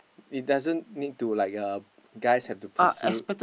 it doesn't need to like uh guys have to pursue